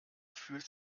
fühlt